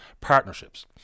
partnerships